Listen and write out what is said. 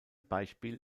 beispiel